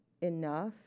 enough